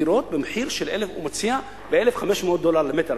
הוא מציע דירות במחיר של 1,500 דולר למטר,